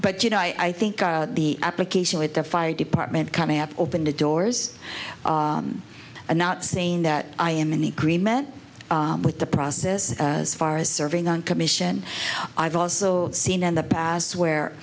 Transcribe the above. but you know i think the application with the fire department coming up open the doors and not saying that i am in agreement with the process as far as serving on commission i've also seen in the past where